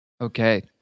Okay